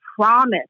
promise